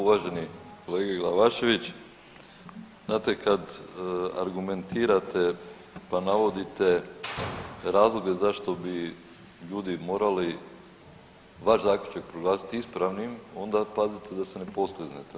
Uvaženi kolega Glavašević, znate kad argumentirate pa navodite razloge zašto bi ljudi morali vaš zaključak proglasiti ispravnim, onda pazite da se ne poskliznete.